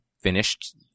finished